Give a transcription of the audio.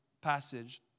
passage